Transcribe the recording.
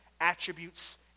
attributes